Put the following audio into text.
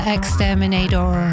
Exterminator